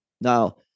Now